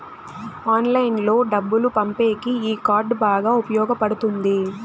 ఆన్లైన్లో డబ్బులు పంపేకి ఈ కార్డ్ బాగా ఉపయోగపడుతుంది